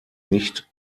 nicht